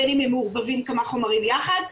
בין אם הם מעורבבים כמה חומרים ביחד,